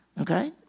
Okay